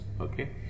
Okay